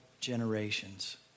generations